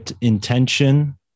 intention